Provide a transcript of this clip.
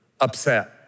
upset